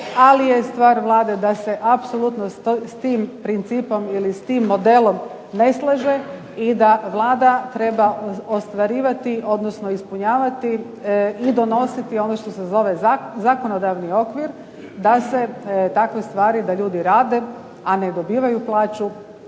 ali je stvar Vlade da se apsolutno s tim principom ili s tim modelom ne slaže i da Vlada treba ostvarivati, odnosno ispunjavati i donositi ono što se zove zakonodavni okvir, da se takve stvari, da ljudi rade a ne dobivaju plaću